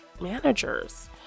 managers